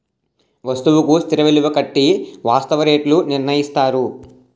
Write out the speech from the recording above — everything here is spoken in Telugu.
వస్తువుకు స్థిర విలువ కట్టి వాస్తవ రేట్లు నిర్ణయిస్తారు